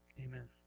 amen